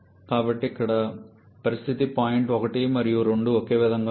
కాబట్టి ఇక్కడ పరిస్థితి పాయింట్ 1 మరియు 2 ఒకే విధంగా ఉంటుంది